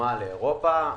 שדומה לאירופה.